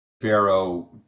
pharaoh